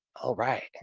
all right, and